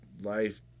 Life